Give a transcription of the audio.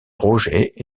roger